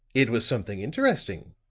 it was something interesting,